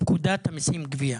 פקודת המיסים (גבייה).